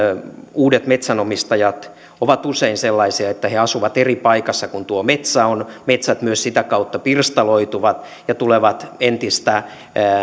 uudet metsänomistajat ovat usein sellaisia että he asuvat eri paikassa kuin missä tuo metsä on metsät myös sitä kautta pirstaloituvat ja tulevat entistä